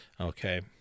Okay